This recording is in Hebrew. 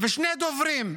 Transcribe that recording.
לנו תקציב של גזרות,